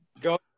Go